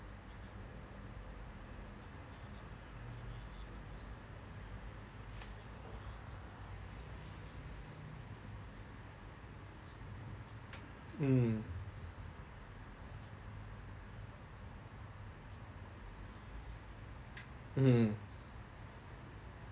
mm mm